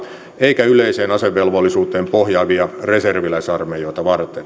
eikä yleiseen asevelvollisuuteen pohjaavia reserviläisarmeijoita varten